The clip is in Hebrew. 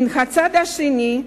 מצד שני,